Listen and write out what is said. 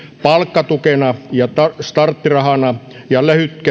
palkkatukena ja starttirahana ja